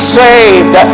saved